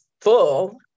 full